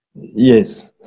Yes